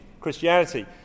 Christianity